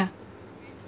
yeah